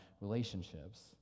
relationships